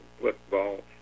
football